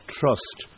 trust